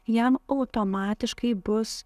jam automatiškai bus